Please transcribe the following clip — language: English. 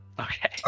Okay